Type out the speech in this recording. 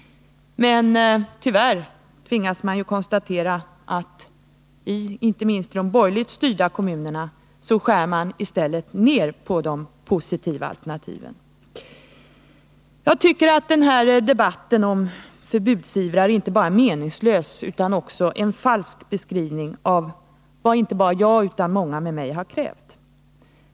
Men tyvärr tvingas man konstatera att framför allt de borgerligt styrda kommunerna i stället skär ned på de positiva alternativen. Att vi genom att kräva förbud mot flipperhallar vill ta bort allt roligt för barnen, det är en inte bara meningslös utan framför allt falsk beskrivning av vad jag och många med mig har krävt.